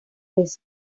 vez